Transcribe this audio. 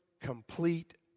complete